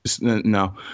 no